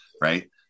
right